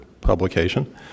publication